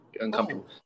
uncomfortable